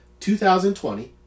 2020